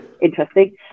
interesting